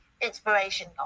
inspiration